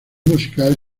musical